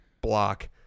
block